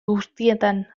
guztietan